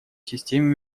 системе